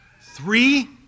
Three